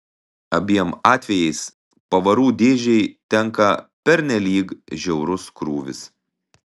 abiem atvejais pavarų dėžei tenka pernelyg žiaurus krūvis